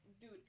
Dude